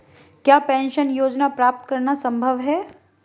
क्या पेंशन योजना प्राप्त करना संभव है?